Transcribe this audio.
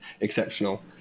exceptional